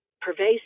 pervasive